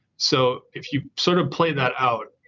so if you sort of play that out,